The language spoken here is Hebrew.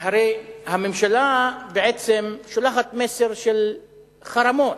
הרי הממשלה בעצם שולחת מסר של חרמות.